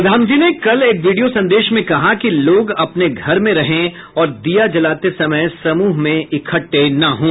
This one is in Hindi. प्रधानमंत्री ने कल एक वीडियो संदेश में कहा कि लोग अपने घर में रहें और दिया जलाते समय समूह में इकट्ठे न हों